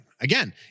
again